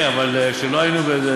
כן, כשלא היינו,